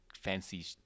fancy